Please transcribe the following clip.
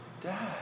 dad